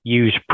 use